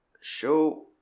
show